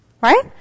Right